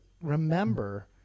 remember